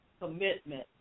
commitment